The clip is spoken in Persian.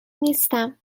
نیستم